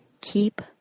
Keep